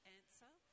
answer